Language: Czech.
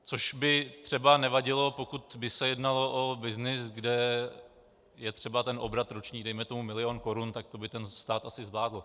Což by třeba nevadilo, pokud by se jednalo o byznys, kde je třeba roční obrat dejme tomu milion korun, tak to by ten stát asi zvládl.